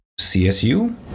CSU